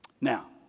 Now